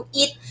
eat